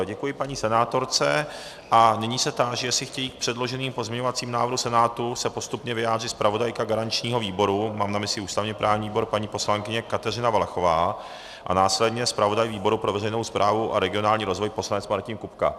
Děkuji paní senátorce a nyní se táži, jestli chtějí k předloženým pozměňovacím návrhům Senátu se postupně vyjádřit zpravodajka garančního výboru, mám na mysli ústavněprávní výbor, paní poslankyně Kateřina Valachová, a následně zpravodaj výboru pro veřejnou správu a regionální rozvoj poslanec Martin Kupka.